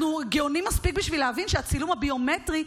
אנחנו גאונים מספיק בשביל להבין שהצילום הביומטרי,